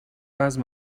وزن